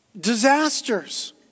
Disasters